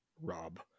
Rob